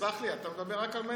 סלח לי, אתה מדבר רק על מנדלבליט.